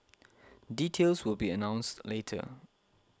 details will be announced later